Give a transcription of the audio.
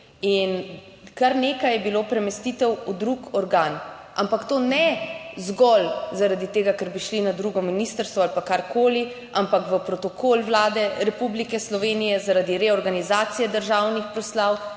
In kar nekaj je bilo premestitev v drug organ, ampak to ne zgolj zaradi tega, ker bi šli na drugo ministrstvo ali pa karkoli, ampak v Protokol Vlade Republike Slovenije zaradi reorganizacije državnih proslav,